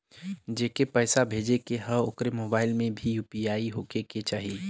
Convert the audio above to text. जेके पैसा भेजे के ह ओकरे मोबाइल मे भी यू.पी.आई होखे के चाही?